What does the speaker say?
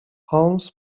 holmes